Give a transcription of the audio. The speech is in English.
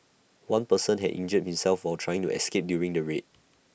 one person had injured himself for trying to escape during the raid